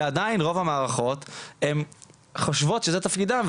ועדיין רוב המערכות הן חושבות שזה תפקידן,